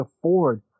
afford